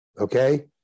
okay